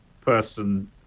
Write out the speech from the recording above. person